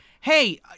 hey